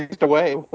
away